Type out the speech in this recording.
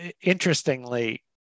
interestingly